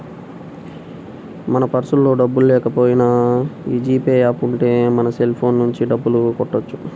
మన పర్సులో డబ్బుల్లేకపోయినా యీ జీ పే యాప్ ఉంటే మన సెల్ ఫోన్ నుంచే డబ్బులు కట్టొచ్చు